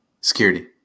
security